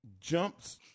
jumps